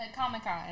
Comic-Con